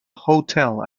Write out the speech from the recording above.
hotel